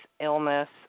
illness